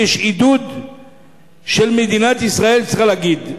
ויש עידוד שמדינת ישראל צריכה להגיד.